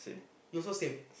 you also same